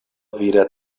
vira